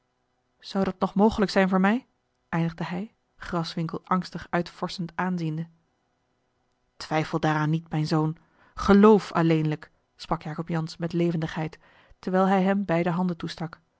zou dat nog mogelijk zijn voor mij eindigde hij graswinckel angstig uitvorschend aanziende twijfel daaraan niet mijn zoon geloof alleenlijk sprak jacob jansz met levendigheid terwijl hij hem beide handen toestak